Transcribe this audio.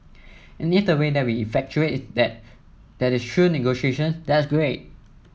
and if the way that we effectuate that that is through negotiations that's great